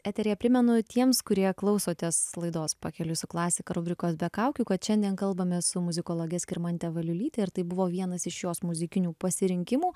eteryje primenu tiems kurie klausotės laidos pakeliui su klasika rubrikos be kaukių kad šiandien kalbamės su muzikologe skirmante valiulyte ir tai buvo vienas iš jos muzikinių pasirinkimų